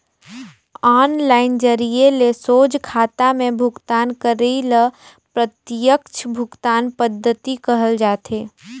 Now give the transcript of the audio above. online जरिए ले सोझ खाता में भुगतान करई ल प्रत्यक्छ भुगतान पद्धति कहल जाथे